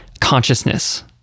consciousness